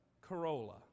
Corolla